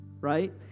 Right